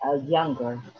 younger